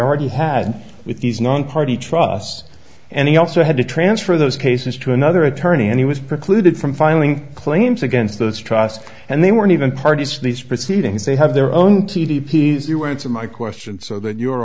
already had with these long party trus and he also had to transfer those cases to another attorney and he was precluded from finding claims against those trust and they weren't even parties these proceedings they have their own t v p's you answer my question so that your